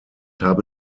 habe